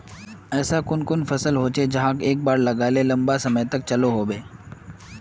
ऐसा कुन कुन फसल होचे जहाक एक बार लगाले लंबा समय तक चलो होबे?